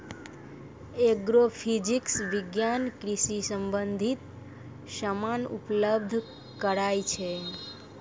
agrophysics विज्ञान कृषि संबंधित समान उपलब्ध कराय छै